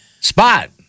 spot